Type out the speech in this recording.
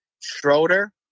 Schroeder